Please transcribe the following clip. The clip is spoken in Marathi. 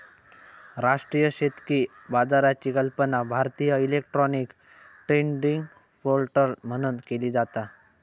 राष्ट्रीय शेतकी बाजाराची कल्पना भारतीय इलेक्ट्रॉनिक ट्रेडिंग पोर्टल म्हणून केली जाता